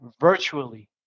virtually